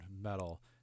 metal